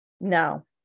no